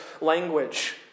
language